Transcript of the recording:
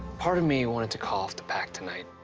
part of me wanted to call off the pact tonight.